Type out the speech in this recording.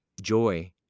joy